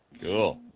Cool